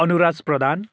Anuraj Pradhan